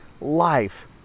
life